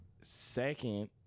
Second